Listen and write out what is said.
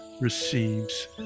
receives